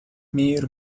мир